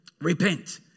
Repent